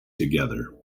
together